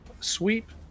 sweep